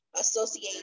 associate